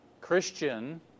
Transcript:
Christian